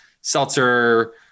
Seltzer